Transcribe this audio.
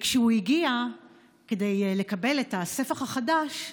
כשהוא הגיע כדי לקבל את הספח החדש,